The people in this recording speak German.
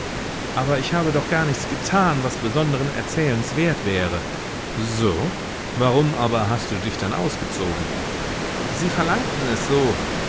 aber ich habe doch gar nichts getan was besonderen erzählens wert wäre so warum aber hast du dich dann ausgezogen sie verlangten es so